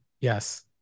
Yes